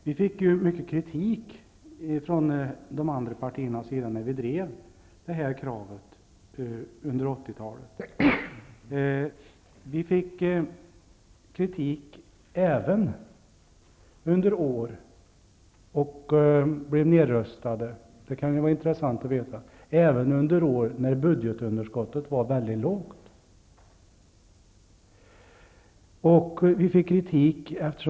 Vi fick mycket kritik från de andra partiernas sida när vi drev detta krav under 80-talet. Våra förslag blev nedröstade även under år då budgetunderskottet var mycket lågt. Det kan vara intressant att veta.